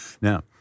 Now